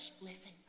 Listen